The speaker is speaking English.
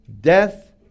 death